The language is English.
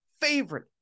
favorite